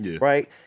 right